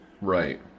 Right